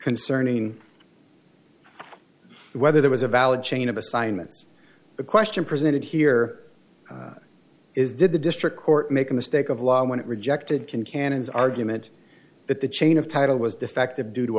concerning whether there was a valid chain of assignments the question presented here is did the district court make a mistake of law when it rejected concannon as argument that the chain of title was defective due to